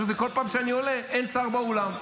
פשוט כל פעם שאני עולה אין שר באולם.